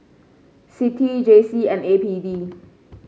CITI J C and A P D